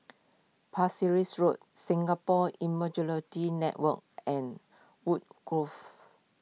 Pasir Ris Road Singapore Immunology Network and Woodgrove